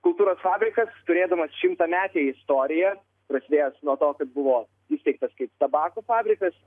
kultūros fabrikas turėdamas šimtametę istoriją prasidėjęs nuo to kad buvo įsteigtas tabako fabrikas